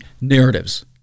narratives